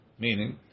meaning